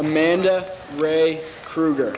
amanda ray kruger